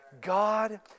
God